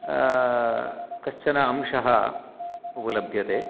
कश्चन अंशः उपलभ्यते